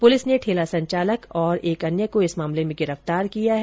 police ने ठेला संचालक और एक अन्य को इस मामले में गिरफ्तार किया है